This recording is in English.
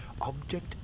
Object